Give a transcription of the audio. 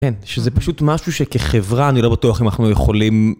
כן, שזה פשוט משהו שכחברה אני לא בטוח אם אנחנו יכולים...